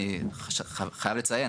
אני חייב לציין,